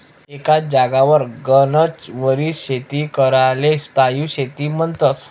एकच जागावर गनच वरीस शेती कराले स्थायी शेती म्हन्तस